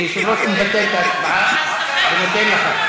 כיושב-ראש, אני מבטל את ההצבעה ונותן לך.